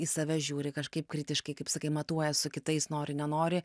į save žiūri kažkaip kritiškai kaip sakai matuoja su kitais nori nenori